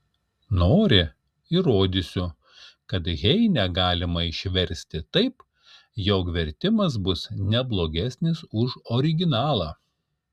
nori įrodysiu kad heinę galima išversti taip jog vertimas bus ne blogesnis už originalą